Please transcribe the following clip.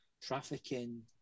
trafficking